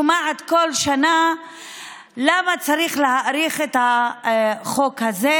שומעת בכל שנה למה צריך להאריך את החוק הזה,